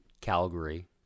Calgary